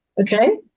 Okay